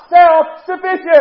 self-sufficient